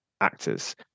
actors